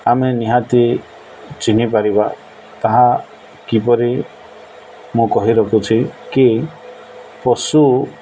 ଆମେ ନିହାତି ଚିହ୍ନି ପାରିବା ତାହା କିପରି ମୁଁ କହି ରଖୁଛି କି ପଶୁ